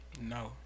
No